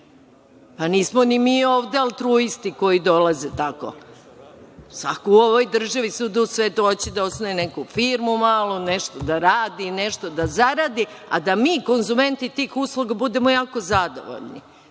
Pa, nismo ni mi ovde altruisti koji dolaze tako. Svako u ovoj državi, svuda u svetu hoće da osnuje neku firmu malu, nešto da radi, nešto da zaradi, a da mi konzumenti tih usluga budemo jako zadovoljni.